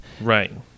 Right